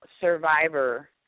survivor